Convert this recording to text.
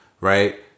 right